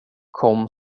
kom